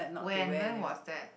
when when was that